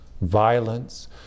violence